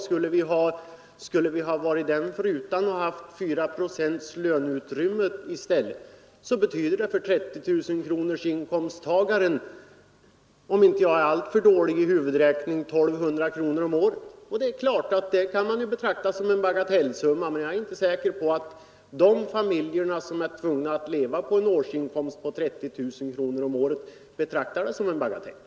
Skulle vi ha varit den förutan och haft fyra procent större löneutrymme i stället skulle det för inkomsttagaren med 30 000 kronor i inkomst, om jag inte är alltför dålig i huvudräkning, betyda 1 200 kronor om året. Det är klart att man kan betrakta det som en bagatellsumma, men jag är inte säker på att de familjer som är tvungna att leva på en årsinkomst av 30 000 kronor betraktar det som en bagatell.